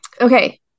Okay